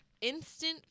Instant